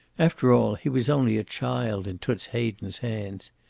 after all, he was only a child in toots hayden's hands.